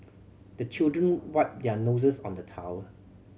the children wipe their noses on the towel